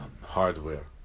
hardware